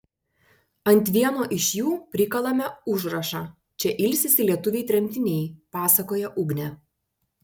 ant vieno iš jų prikalame užrašą čia ilsisi lietuviai tremtiniai pasakoja ugnė